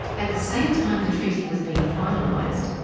at the same time the treaty was being finalised,